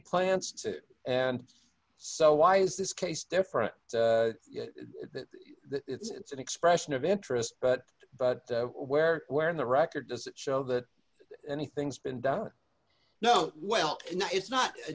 plants and so why is this case different that it's an expression of interest but but where where in the record does it show that anything's been done no well no it's not